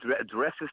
addresses